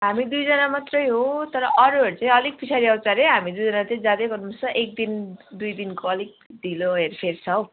हामी दुईजना मात्रै हो तर अरूहरू चाहिँ अलिक पिछाडि आउँछ अरे हामी दुईजना चाहिँ जाँदै गर्नु छ एक दिन दुई दिनको अलिक ढिलो हेरफेर छ हो